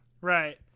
Right